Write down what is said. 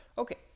Okay